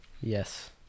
Yes